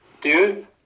dude